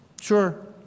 Sure